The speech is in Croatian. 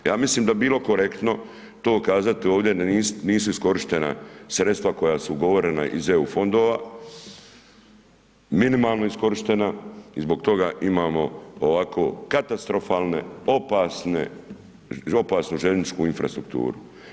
Ja mislim da bi bilo korektno to kazati ovdje da nisu iskorištena sredstva koja su ugovorena iz EU fondova, minimalno iskorištena i zbog toga imamo ovako katastrofalne, opasne, opasnu željezničku infrastrukturu.